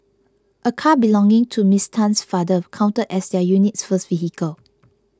a car belonging to Miss Tan's father counted as their unit's first vehicle